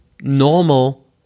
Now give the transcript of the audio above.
normal